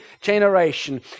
generation